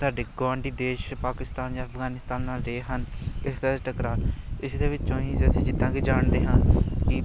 ਸਾਡੇ ਗੁਆਂਢੀ ਦੇਸ਼ ਪਾਕਿਸਤਾਨ ਜਾਂ ਅਫਗਾਨਿਸਤਾਨ ਨਾਲ ਰਹੇ ਹਨ ਇਸ ਦਾ ਟਕਰਾਅ ਇਸ ਦੇ ਵਿੱਚੋਂ ਹੀ ਜੇ ਅਸੀਂ ਜਿੱਦਾਂ ਕਿ ਜਾਣਦੇ ਹਾਂ ਕਿ